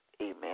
Amen